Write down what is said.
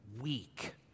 weak